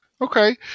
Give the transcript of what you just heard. Okay